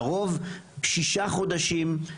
לרוב שישה חודשים,